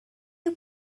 you